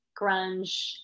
grunge